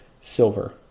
silver